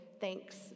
thanks